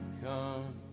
come